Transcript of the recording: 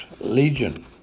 Legion